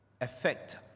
affect